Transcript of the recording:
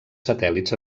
satèl·lits